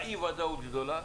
אי ודאות גדולה,